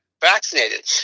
vaccinated